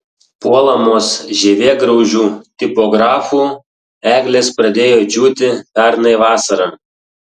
puolamos žievėgraužių tipografų eglės pradėjo džiūti pernai vasarą